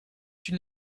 une